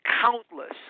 countless